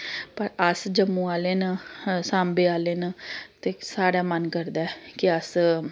पर अस जम्मू आह्ले न सांबे आह्ले न ते साढ़ा मन करदा ऐ कि अस